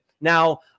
Now